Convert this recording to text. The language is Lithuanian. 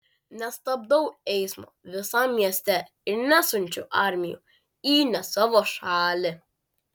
nestabdau eismo visam mieste ir nesiunčiu armijų į ne savo šalį